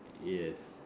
yes